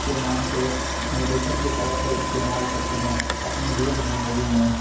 کے نام پہ میڈیسن کے طور پر استعمال کرتے ہیں اپنے ریئل زندگی میں